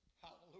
Hallelujah